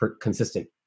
consistent